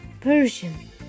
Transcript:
Persian